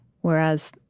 Whereas